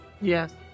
Yes